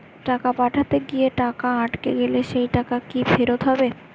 টাকা পাঠাতে গিয়ে টাকা আটকে গেলে সেই টাকা কি ফেরত হবে?